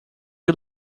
you